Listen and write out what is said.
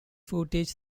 footage